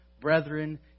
Brethren